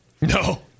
No